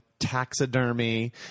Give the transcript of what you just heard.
Taxidermy